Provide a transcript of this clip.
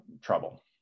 trouble